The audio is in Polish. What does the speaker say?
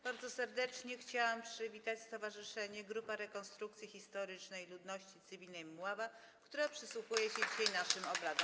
Bardzo serdecznie chciałam przywitać stowarzyszenie Grupa Rekonstrukcji Historycznej Ludności Cywilnej Mława, które przysłuchuje się dzisiaj naszym obradom.